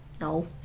no